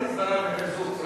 מה זה הסדרה וחיזוק?